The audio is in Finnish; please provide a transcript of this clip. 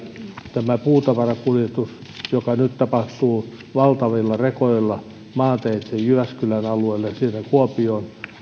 tämä puutavarakuljetus tapahtuu nyt valtavilla rekoilla maanteitse jyväskylän alueelle sieltä kuopion